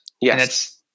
yes